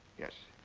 yes,